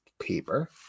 paper